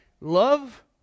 Love